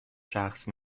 شخص